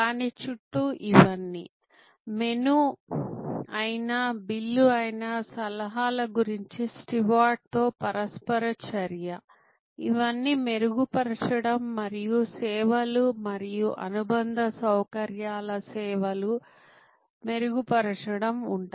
దాని చుట్టూ ఇవన్నీ మెను అయినా బిల్లు అయినా సలహాల గురించి స్టీవార్డ్తో పరస్పర చర్య ఇవన్నీ మెరుగుపరచడం మరియు సేవలు మరియు అనుబంధ సౌకర్యాల సేవలు మెరుగుపరచడం ఉంటాయి